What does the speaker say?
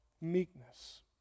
meekness